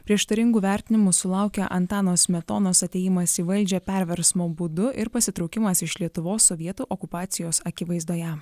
prieštaringų vertinimų sulaukė antano smetonos atėjimas į valdžią perversmo būdu ir pasitraukimas iš lietuvos sovietų okupacijos akivaizdoje